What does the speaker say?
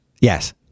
Yes